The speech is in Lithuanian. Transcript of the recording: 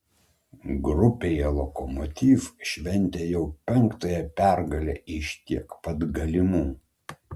grupėje lokomotiv šventė jau penktąją pergalę iš tiek pat galimų